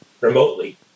remotely